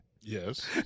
Yes